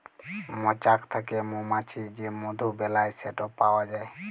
মচাক থ্যাকে মমাছি যে মধু বেলায় সেট পাউয়া যায়